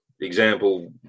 example